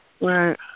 Right